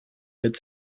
its